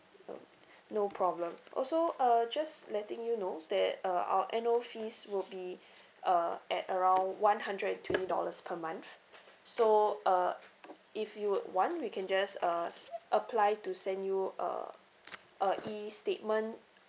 um no problem also uh just letting you know that uh our annual fees will be uh at around one hundred and twenty dollars per month so uh if you would want we can just uh apply to send you a a E statement